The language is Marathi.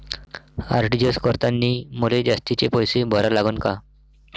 आर.टी.जी.एस करतांनी मले जास्तीचे पैसे भरा लागन का?